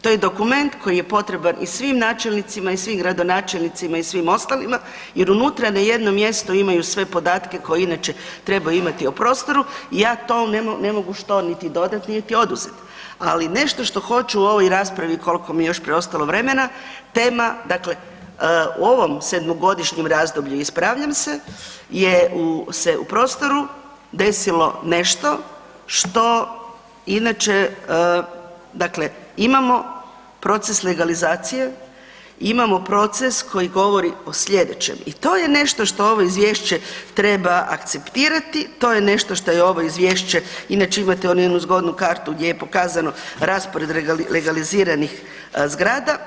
To je dokument koji je potreban i svim načelnicima i svim gradonačelnicima i svim ostalima jer unutra na jednom mjestu imaju sve podatke koje inače trebaju imati o prostoru i ja tom ne mogu što niti dodati, niti oduzeti, ali nešto što hoću u ovoj raspravi koliko mi je još preostalo vremena, tema dakle u ovom sedmogodišnjem razdoblju ispravljam se, je u, se u prostoru desilo nešto što inače dakle, imamo proces legalizacije, imamo proces koji govori o slijedećem i to je nešto što ovo izvješće treba akceptirati, to je nešto što je ovo izvješće, inače imate onu jednu zgodnu kartu gdje je pokazano raspored legaliziranih zgrada.